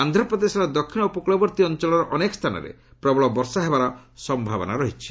ଆନ୍ଧ୍ରପ୍ରଦେଶର ଦକ୍ଷିଣ ଉପକ୍ଳବର୍ତ୍ତୀ ଅଞ୍ଚଳର ଅନେକ ସ୍ଥାନରେ ପ୍ରବଳ ବର୍ଷା ହେବାର ସମ୍ଭାବନା ରହିଛି